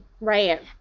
right